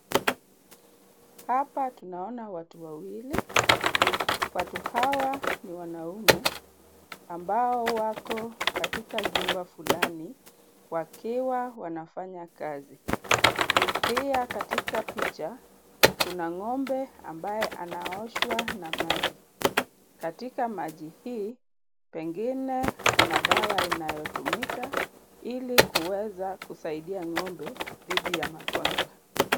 Hapa tunaona watu wawili. Watu hawa ni wanaume ambao wako katika jumba fulani wakiwa wanafanya kazi. Pia katika picha kuna ng'ombe ambaye anaoshwa na maji. Katika maji hii pengine kuna dawa inayotumika ili kuweza kusaidia ng'ombe dhidi ya magonjwa.